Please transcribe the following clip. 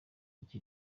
mike